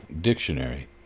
dictionary